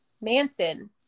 manson